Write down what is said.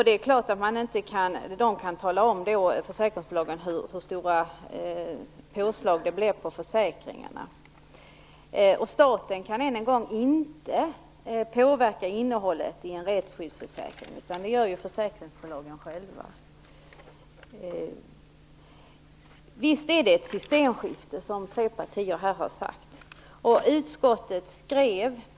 Det är klart att de inte kan tala om hur stora påslag det blir på försäkringarna. Staten kan inte påverka innehållet i en rättsskyddsförsäkring, utan det bestämmer försäkringsbolagen själva. Visst är det ett systemskifte, som tre partier har sagt.